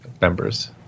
members